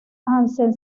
hansen